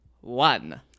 One